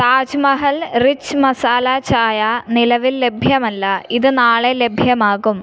Taj Mahal rich masala chai നിലവിൽ ലഭ്യമല്ല ഇത് നാളെ ലഭ്യമാകും